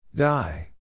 Die